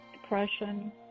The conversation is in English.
depression